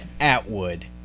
Atwood